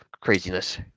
craziness